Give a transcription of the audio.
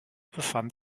befand